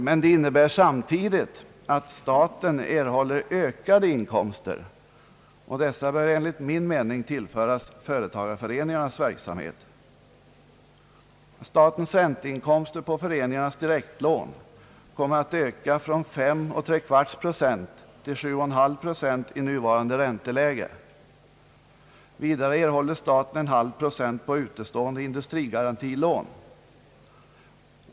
Men det innebär samtidigt att staten erhåller ökade inkomster, och dessa bör enligt min mening tillföras företagareföreningarnas verksamhet. Statens ränteinkomster på föreningarnas direktlån kommer att öka från 5,75 procent till 7,5 procent i nuvarande ränteläge. Vidare erhåller staten 0,5 procent på utestående industrigarantilån.